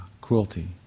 cruelty